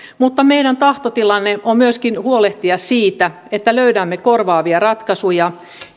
mutta meidän tahtotilamme on myöskin huolehtia siitä että löydämme korvaavia ratkaisuja